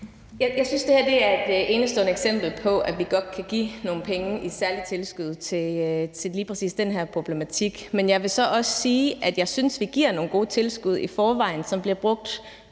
Jeg synes, det her er et enestående eksempel på, at vi godt kan give nogle penge i særlige tilskud i forbindelse med lige præcis den her problematik. Men jeg vil så også sige, at jeg synes, vi giver nogle gode tilskud i forvejen, som bliver brugt